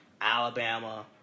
Alabama